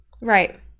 right